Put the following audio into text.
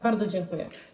Bardzo dziękuję.